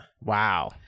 Wow